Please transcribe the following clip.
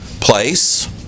place